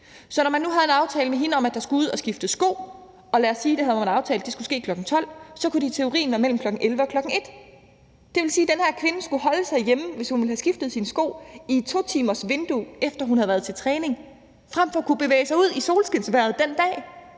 Så når man nu havde en aftale med hende om, at hun skulle skifte sko – og lad os sige, at hun havde aftalt, at det skulle ske klokken 12 – så kunne det i teorien være mellem kl. 11.00 og kl. 13.00. Det vil sige, at den kvinde skulle holde sig hjemme, hvis hun ville have skiftet sko, i et vindue på 2 timer, efter hun havde fået træning, frem for at kunne bevæge sig ud i solskinsvejret den dag.